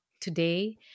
today